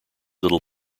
little